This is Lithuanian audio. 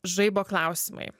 žaibo klausimai